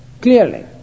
Clearly